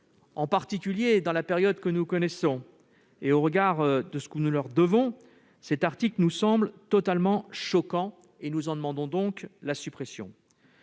en particulier dans la période que nous connaissons et au regard de ce que nous leur devons, cet article nous semble totalement choquant et nous en demandons la suppression.